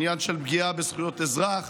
עניין של פגיעה בזכויות אזרח